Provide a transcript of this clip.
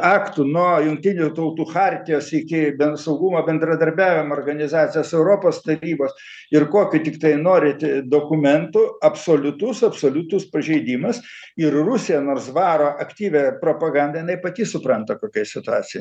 aktų nuo jungtinių tautų chartijos iki bent saugumo bendradarbiavimo organizacijos europos tapybos ir kokių tiktai norit dokumentų absoliutus absoliutus pažeidimas ir rusija nors varo aktyvią propagandą jinai pati supranta kokioj situacijoj